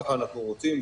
כך אנחנו רוצים.